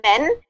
men